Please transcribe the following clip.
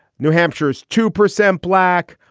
new hampshire's two percent black.